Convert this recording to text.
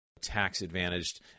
tax-advantaged